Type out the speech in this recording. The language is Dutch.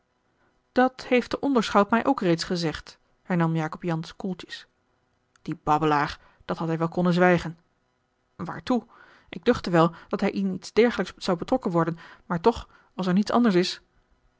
dat heeft de onderschout mij ook reeds gezegd hernam jacob jansz koeltjes die babbelaar dat had hij wel konnen zwijgen waartoe ik duchtte wel dat hij in iets dergelijks zou betrokken worden maar toch als er niets anders is